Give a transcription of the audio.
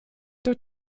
dort